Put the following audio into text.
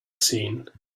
seen